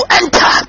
enter